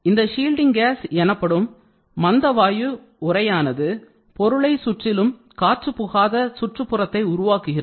இந்த shielding gas எனப்படும் மந்தவாயு உரையானது பொருளை சுற்றிலும் காற்றுப்புகாத சுற்றுப்புறத்தை உருவாக்குகிறது